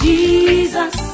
Jesus